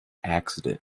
accident